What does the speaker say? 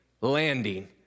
landing